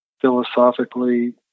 philosophically